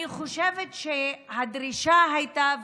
אני חושבת שהדרישה הייתה,